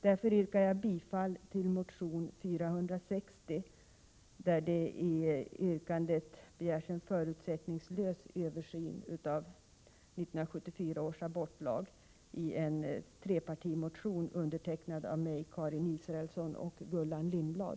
Därför yrkar jag bifall till motion 460 som är en trepartimotion undertecknad av mig, Karin Israelsson och Gullan Lindblad och i vilken det yrkas på en förutsättningslös översyn av 1974 års abortlag.